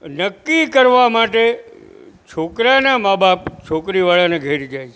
નક્કી કરવા માટે છોકરાના મા બાપ છોકરીવાળાને ઘરે જાય છે